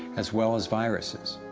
as well as viruses.